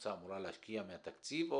שהמועצה אמורה להשקיע מהתקציב?